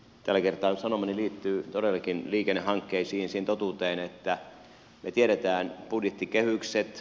tällä kertaa sanomani liittyy todellakin liikennehankkeisiin siihen totuuteen että me tiedämme budjettikehykset